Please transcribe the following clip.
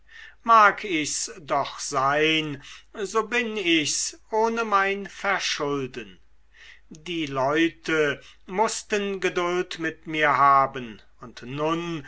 mag ich's doch sein so bin ich's ohne mein verschulden die leute mußten geduld mit mir haben und nun